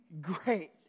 great